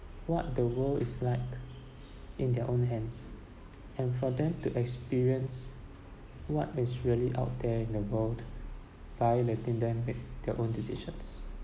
what the world is like in their own hands and for them to experience what is really out there in the world by letting them make their own decisions